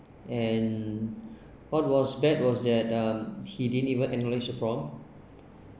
and what was bad was that ah he didn't even acknowledge the problem